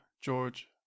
George